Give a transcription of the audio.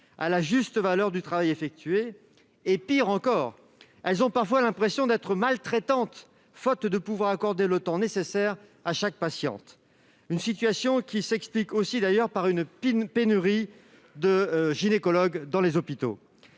à la juste valeur du travail effectué. Pis encore, elles ont parfois l'impression d'être « maltraitantes » faute de pouvoir accorder le temps nécessaire à chaque patiente. Cette situation s'explique aussi par une pénurie criante de gynécologues dans les hôpitaux.